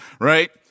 right